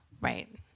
Right